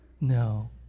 No